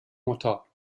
mutter